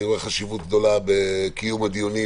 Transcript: אני רואה חשיבות גדולה בקיום הדיונים